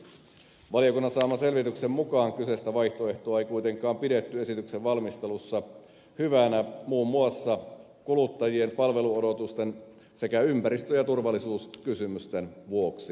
valiokunnan saaman selvityksen mukaan kyseistä vaihtoehtoa ei kuitenkaan pidetty esityksen valmistelussa hyvänä muun muassa kuluttajien palveluodotusten sekä ympäristö ja turvallisuuskysymysten vuoksi